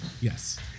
Yes